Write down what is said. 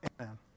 amen